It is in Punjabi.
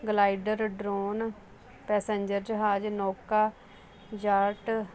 ਗਲਾਈਡਰ ਡਰੋਨ ਪੈਸੈਂਜਰ ਜਹਾਜ਼ ਨੋਕਾ ਜਾਟ